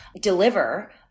deliver